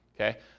Okay